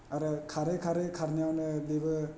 आरो खारै खारै खारनायावनो बेबो